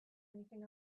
anything